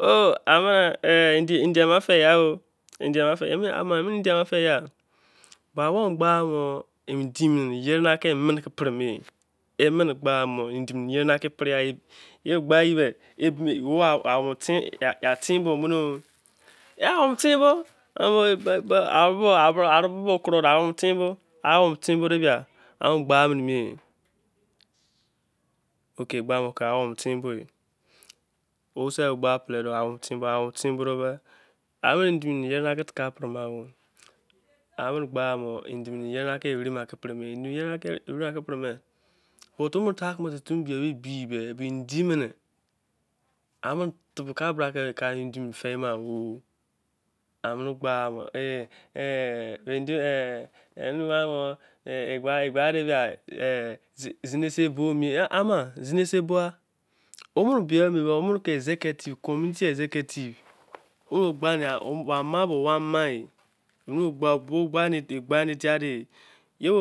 Oh ama. endi ami fei-ya or ama emi ne ke endi fe erame-ne gberi mo gbe mor, endi ye la tu mene ke perena a tien bomene- o. fein bo. gba ka. tain bo de- be amene gba me amene endi yere ere- ma ke pere mo ofimi geri. di mene. tein son ke endi fei ma oh, ama zinisei bouha omene ke community executive me ama ona-ama. gba he- dia de- ye